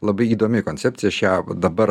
labai įdomi koncepcija aš ją va dabar